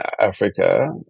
Africa